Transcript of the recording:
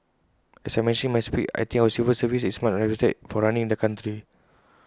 as I mentioned in my speech I think our civil service is much respected for running the country